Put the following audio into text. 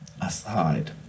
aside